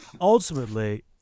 Ultimately